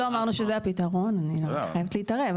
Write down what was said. לא אמרנו שזה הפתרון, אני חייבת להתערב.